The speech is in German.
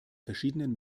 verschiedenen